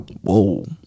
Whoa